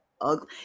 ugly